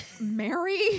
Mary